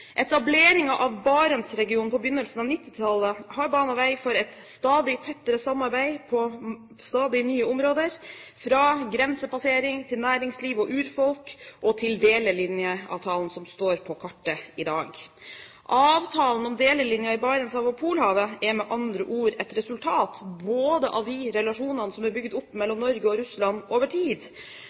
av Barentsregionen på begynnelsen av 1990-tallet har banet vei for et stadig tettere samarbeid på stadig nye områder, fra grensepassering, næringsliv og urfolk til delelinjeavtalen, som står på kartet i dag. Avtalen om delelinjen i Barentshavet og Polhavet er med andre ord et resultat av de relasjonene som er bygd opp mellom Norge og Russland over tid.